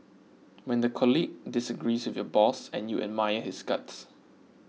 when the colleague disagrees with your boss and you admire his guts